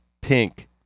pink